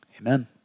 Amen